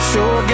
Sure